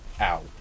Ow